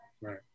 Right